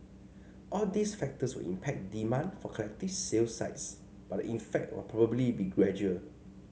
all these factors will impact demand for collective sale sites but the effect will probably be gradual